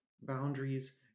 boundaries